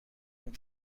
این